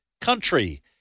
country